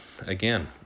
Again